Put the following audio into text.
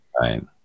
Right